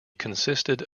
consisted